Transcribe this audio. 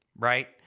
right